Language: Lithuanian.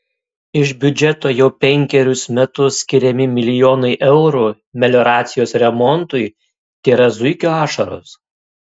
iš biudžeto jau penkerius metus skiriami milijonai eurų melioracijos remontui tėra zuikio ašaros